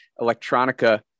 electronica